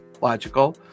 logical